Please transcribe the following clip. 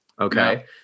okay